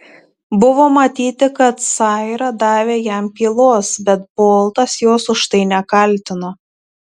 buvo matyti kad saira davė jam pylos bet boltas jos už tai nekaltino